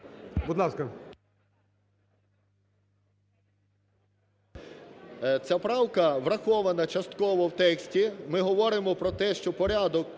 Ця правка врахована частково в тексті. Ми говоримо про те, що порядок